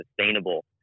sustainable